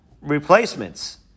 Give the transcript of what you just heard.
replacements